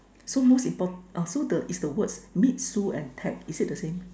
so most important uh so is the word meet so and tag is it the same